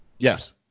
Yes